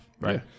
Right